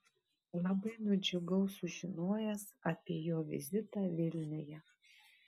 labai nudžiugau sužinojęs apie jo vizitą vilniuje